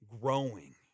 growing